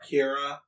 Kira